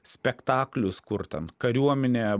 spektakliuos kur ten kariuomenė